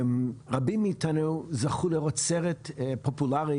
רבים מאיתנו זכו לראות סרט פופולרי